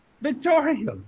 Victoria